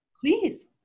Please